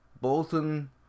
Bolton